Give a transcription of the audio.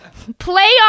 Playoff